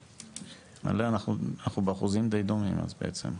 אנחנו באחוזים די דומים אז בעצם.